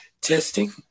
testing